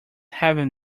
having